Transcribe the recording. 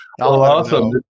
awesome